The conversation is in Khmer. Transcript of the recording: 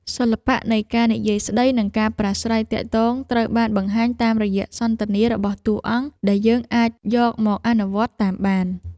សិល្បៈនៃការនិយាយស្ដីនិងការប្រស្រ័យទាក់ទងត្រូវបានបង្ហាញតាមរយៈសន្ទនារបស់តួអង្គដែលយើងអាចយកមកអនុវត្តតាមបាន។